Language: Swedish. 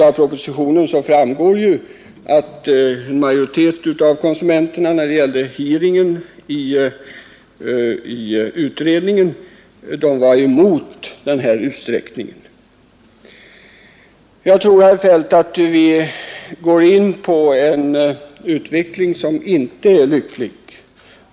Av propositionen framgår att en majoritet av konsumenter vid hearingen i utredningen var emot ett utsträckt öppethållande. Jag tror, herr Feldt, att vi går in i en utveckling, som inte är lycklig.